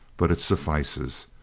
but it suffices.